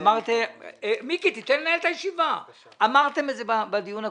אמרתם את זה בדיון הקודם.